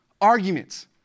arguments